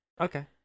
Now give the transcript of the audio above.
Okay